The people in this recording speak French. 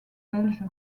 belge